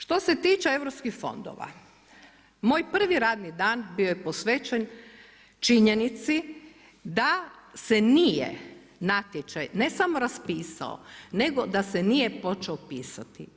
Što se tiče europskih fondova, moj prvi radni dan bio je posvećen činjenici da se nije natječaj ne samo raspisao nego da se nije počeo pisati.